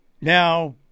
Now